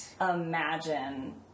imagine